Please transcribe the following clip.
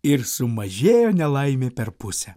ir sumažėjo nelaimė per pusę